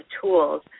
tools